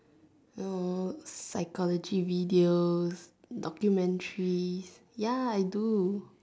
so psychology videos documentaries ya I do